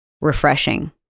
refreshing